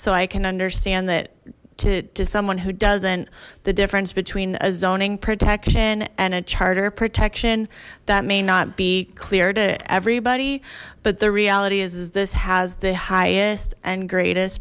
so i can understand that to someone who doesn't the difference between a zoning protection and a charter protection that may not be clear to everybody but the reality is this has the highest and greatest